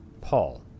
Paul